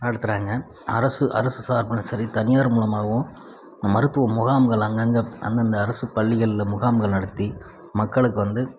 நடத்துகிறாங்க அரசு அரசு சார்பாக சரி தனியார் மூலியமாகவும் மருத்துவ முகாம்கள் அங்கங்கே அந்தந்த அரசு பள்ளிகளில் முகாம்கள் நடத்தி மக்களுக்கு வந்து